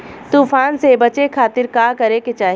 तूफान से बचे खातिर का करे के चाहीं?